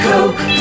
Coke